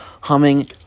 humming